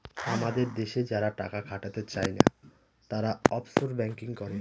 আমাদের দেশে যারা টাকা খাটাতে চাই না, তারা অফশোর ব্যাঙ্কিং করে